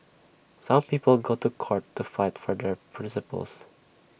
some people go to court to fight for their principles